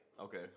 Okay